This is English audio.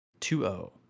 2-0